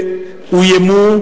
ממש אוימו,